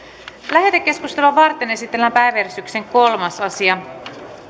lähetekeskustelua varten esitellään päiväjärjestyksen kolmas asia